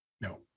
No